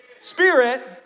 spirit